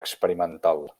experimental